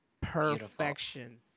perfection